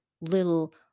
little